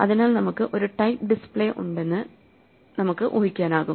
അതിനാൽ നമുക്ക് ഒരു ടൈപ്പ് ഡിസ്പ്ലേ ഉണ്ടെന്ന് നമുക്ക് ഊഹിക്കാനാകും